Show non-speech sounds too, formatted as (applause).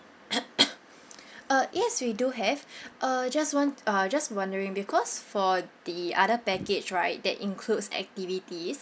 (coughs) uh yes we do have (breath) uh just wond~ uh just wondering because for the other package right that includes activities